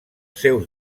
seus